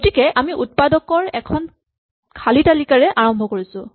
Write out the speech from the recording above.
গতিকে আমি উৎপাদকৰ এখন খালী তালিকাৰে আৰম্ভ কৰিছো